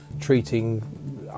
treating